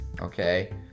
okay